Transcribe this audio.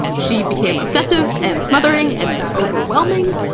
she became obsessive and smothering and overwhelming.